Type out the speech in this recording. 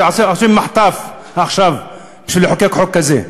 ועושים מחטף עכשיו בשביל לחוקק חוק כזה.